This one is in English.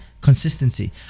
consistency